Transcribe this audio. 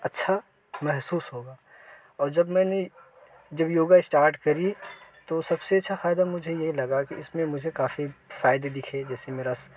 अच्छा महसूस होगा और जब मैंने जब योग स्टार्ट करी तो सबसे अच्छा फ़ायदा मुझे ये लगा कि इसमें मुझे काफी फ़ायदे दिखे जैसे मेरा